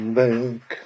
back